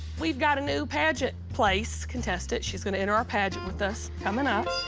we've got a new pageant place contestant. she's gonna enter our pageant with us coming up.